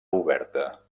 oberta